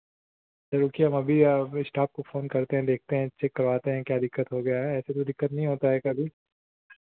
रुकिए हम अभी इस्टाफ को फोन करते हैं देखते हैं चेक करवाते हैं क्या दिक्कत हो गया है ऐसे कोई दिक्कत नहीं होता है कभी